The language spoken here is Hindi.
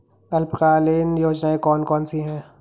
अल्पकालीन योजनाएं कौन कौन सी हैं?